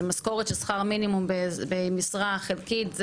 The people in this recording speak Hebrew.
זה משכורת של שכר מינימום עם משרה חלקית.